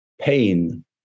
pain